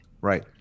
Right